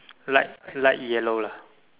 light light yellow lah